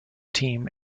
team